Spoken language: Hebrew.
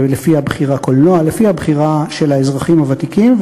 קולנוע, לפי הבחירה של האזרחים הוותיקים.